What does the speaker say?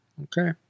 Okay